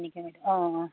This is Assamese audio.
অঁ অঁ